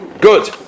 Good